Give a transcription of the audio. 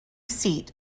seat